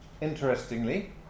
interestingly